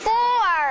Four